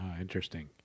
interesting